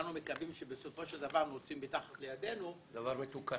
שבסופו של דבר נוציא תחת ידינו דבר מתוקן.